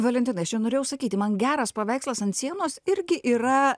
valentinai aš jau norėjau sakyti man geras paveikslas ant sienos irgi yra